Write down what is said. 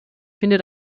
findet